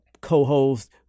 co-host